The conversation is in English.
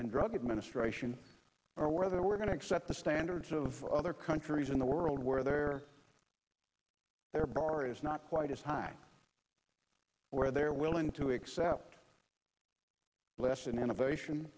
and drug administration or whether we're going to accept the standards of other countries in the world where their their bar is not quite as high where they're willing to accept less innovation